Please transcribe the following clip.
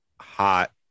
hot